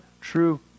true